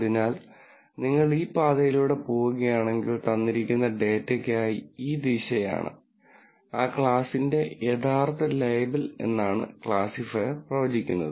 അതിനാൽ നിങ്ങൾ ഈ പാതയിലൂടെ പോകുകയാണെങ്കിൽ തന്നിരിക്കുന്ന ഡാറ്റയ്ക്കായി ഈ ദിശയാണ് ആ ക്ലാസിന്റെ യഥാർത്ഥ ലേബൽ എന്നാണ് ക്ലാസിഫയർ പ്രവചിക്കുന്നത്